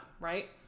Right